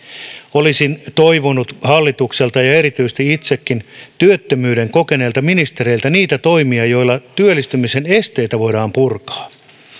olisin toivonut hallitukselta ja ja erityisesti itsekin työttömyyden kokeneilta ministereiltä niitä toimia joilla työllistymisen esteitä voidaan purkaa